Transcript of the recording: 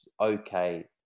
okay